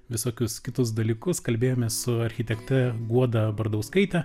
visokius kitus dalykus kalbėjomės su architekte guoda bardauskaite